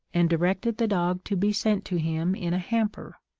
and directed the dog to be sent to him in a hamper,